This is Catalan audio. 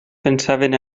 pensaven